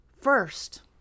First